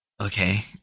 okay